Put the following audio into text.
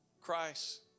Christ